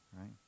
right